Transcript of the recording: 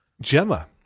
Gemma